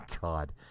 god